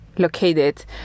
located